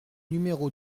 numéro